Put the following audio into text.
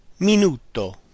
minuto